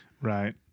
Right